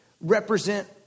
represent